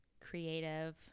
creative